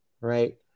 right